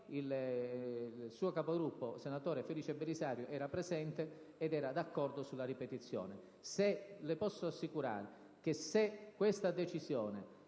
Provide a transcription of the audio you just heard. il suo Capogruppo, senatore Felice Belisario, era presente ed era d'accordo sulla ripetizione. Le posso assicurare che se questa decisione